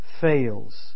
fails